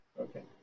Okay